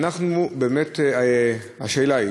השאלות: